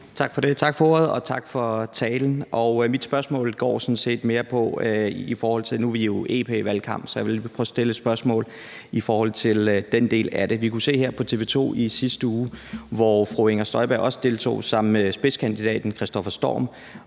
Rona (M): Tak for ordet, og tak for talen. Mit spørgsmål går sådan set mere på, at vi jo nu er i EP-valgkamp. Jeg vil prøve at stille et spørgsmål om den del af det. Vi kunne se på TV 2 i sidste uge, hvor fru Inger Støjberg deltog sammen med spidskandidaten Kristoffer Storm,